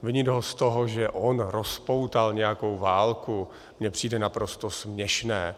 Vinit ho z toho, že on rozpoutal nějakou válku, mně přijde naprosto směšné.